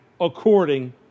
according